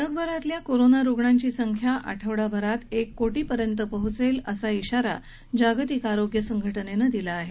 जगभरातल्या कोरोना रुग्णांची संख्या आठवड्याभरात एक कोटी पर्यंत पोहचेल असा खाारा जागतिक आरोग्य संघटनेनं दिला आहे